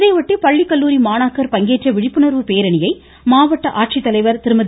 இதையொட்டி பள்ளி கல்லூாரி மாணாக்கர் பங்கேற்ற விழிப்புணர்வு பேரணியை மாவட்ட ஆட்சித்தலைவர் திருமதி